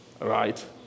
right